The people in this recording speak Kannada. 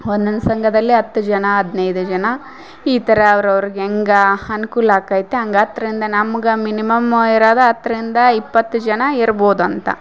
ಒನ್ನೊಂದು ಸಂಘದಲ್ಲಿ ಹತ್ತು ಜನ ಹದಿನೈದು ಜನ ಈ ಥರ ಅವ್ರವರಿಗೆ ಹೆಂಗ ಅನುಕೂಲ ಆಕೈತಿ ಹಂಗ್ ಹತ್ತರಿಂದ ನಮಗೆ ಮಿನಿಮಮ್ ಇರದಾ ಹತ್ತರಿಂದ ಇಪ್ಪತ್ತು ಜನ ಇರ್ಬೋದಂತ